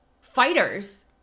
fighters